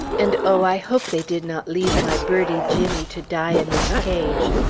and oh, i hope they did not leave my birdie jimmy to die in his cage.